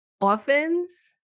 orphans